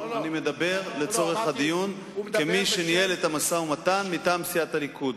אני מדבר לצורך הדיון כמי שניהל את המשא-ומתן מטעם סיעת הליכוד.